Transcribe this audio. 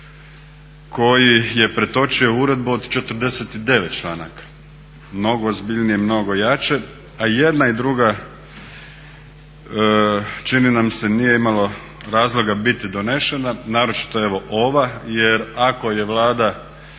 koji je pretočio uredbu od 49 članaka, mnogo ozbiljnije i mnogo jače a jedna i druga čini nam se nije imalo razloga biti donešena naročito evo ova jer ako je Vlada